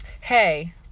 Hey